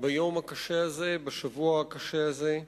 ביום הקשה הזה, בשבוע הקשה הזה.